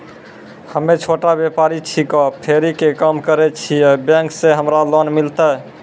हम्मे छोटा व्यपारी छिकौं, फेरी के काम करे छियै, बैंक से हमरा लोन मिलतै?